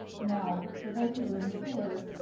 now for those who are insured